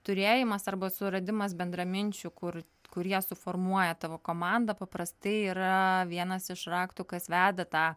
turėjimas arba suradimas bendraminčių kur kurie suformuoja tavo komandą paprastai yra vienas iš raktų kas veda tą